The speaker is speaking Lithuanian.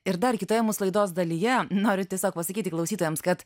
ir dar kitoje mūsų laidos dalyje noriu tiesiog pasakyti klausytojams kad